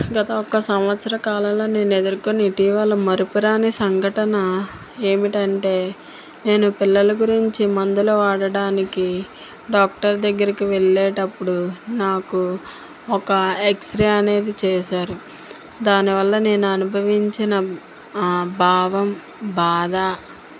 గత ఒక సంవత్సర కాలంలో నేను ఎదుర్కొన్న ఇటీవల మరుపురాని సంఘటన ఏంటంటే నేను పిల్లల గురించి మందులు వాడడానికి డాక్టర్ దగ్గరికి వెళ్ళేటప్పుడు నాకు ఒక ఎక్స్ రే అనేది చేసారు దాని వల్ల నేను అనుభవించిన భావం బాధ